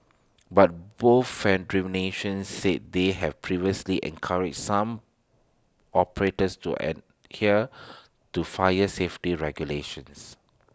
but both federations said they had previously encouraged some operators to adhere to fire safety regulations